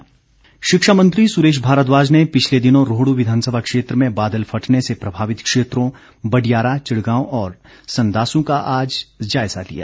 सुरेश भारद्वाज शिक्षा मंत्री सुरेश भारद्वाज ने पिछले दिनों रोहड् विधानसभा क्षेत्र में बादल फटने से प्रभावित क्षेत्रों बडियारा विड़गांव और संदोसू का आज जायजा लिया